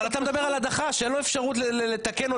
אבל אתה מדבר על הדחה שאין לו אפשרות לתקן או